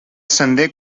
sender